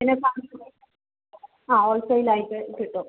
പിന്നെ ആ ഹോൾസെയിൽ ആയിട്ട് കിട്ടും